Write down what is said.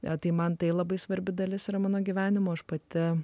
ne tai man tai labai svarbi dalis yra mano gyvenimo aš pati